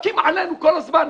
מכים עלינו כל הזמן.